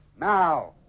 now